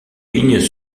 lignes